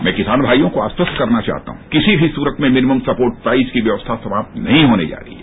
मैं किसान भाईयों को आश्वत करना चाहता हूं किसी भी सूरत में मिनीमम स्पोर्ट प्राइज की व्यवस्था समाप्त नहीं होने जा रही है